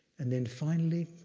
and then finally,